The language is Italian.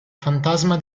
fantasma